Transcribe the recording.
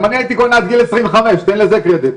גם אני הייתי כהן עד גיל 25, תן לזה קרדיט.